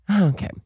Okay